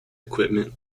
equipment